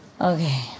Okay